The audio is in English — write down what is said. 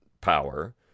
power